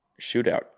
shootout